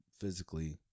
physically